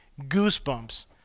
goosebumps